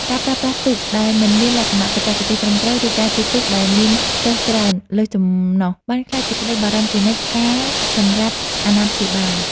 ការប្រើប្រាស់ទូកដែលមិនមានលក្ខណៈបច្ចេកទេសត្រឹមត្រូវ ឬការជិះទូកដែលមានសិស្សច្រើនលើសចំណុះ បានក្លាយជាក្តីបារម្ភជានិច្ចកាលសម្រាប់អាណាព្យាបាល។